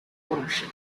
ownership